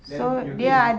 then U_K is